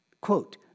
quote